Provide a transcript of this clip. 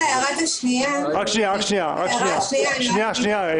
ההתייחסות להערה השנייה --- שנייה, גל.